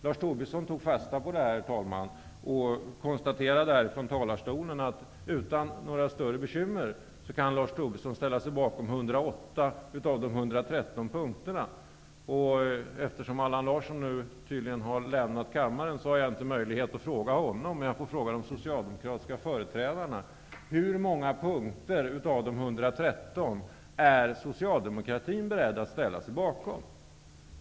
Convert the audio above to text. Lars Tobisson tog fasta på detta, herr talman, och konstaterade här i talarstolen att han utan några större bekymmer kan ställa sig bakom 108 av de 113 punkterna. Eftersom Allan Larsson nu tydligen har lämnat kammaren har jag inte möjlighet att fråga honom, men jag får fråga de socialdemokratiska företrädarna hur många punkter av de 113 som socialdemokraterna är beredda att ställa sig bakom.